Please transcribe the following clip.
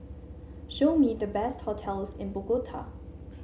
show me the best hotels in Bogota